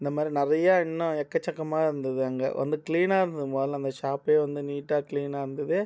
இந்த மாதிரி நிறையா இன்னும் எக்கச்சக்கமாக இருந்தது அங்கே வந்து க்ளீனாக இருந்தது மொதலில் அந்த ஷாப்பே வந்து நீட்டாக க்ளீனாக இருந்தது